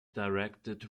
directed